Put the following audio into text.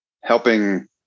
helping